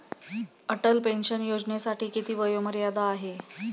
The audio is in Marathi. अटल पेन्शन योजनेसाठी किती वयोमर्यादा आहे?